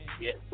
Yes